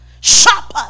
Sharper